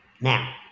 Now